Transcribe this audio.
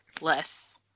less